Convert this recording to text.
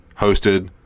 hosted